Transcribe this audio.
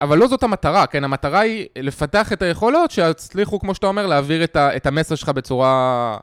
אבל לא זאת המטרה, כן? המטרה היא לפתח את היכולות שהצליחו, כמו שאתה אומר, להעביר את המסר שלך בצורה...